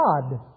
God